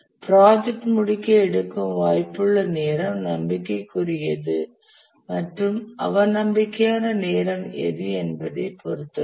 project முடிக்க எடுக்கும் வாய்ப்புள்ள நேரம் நம்பிக்கைக்குரியது மற்றும் அவநம்பிக்கையான நேரம் எது என்பதை பொறுத்தது